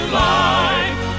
life